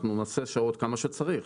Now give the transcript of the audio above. אנחנו נעשה שעות כמה שצריך.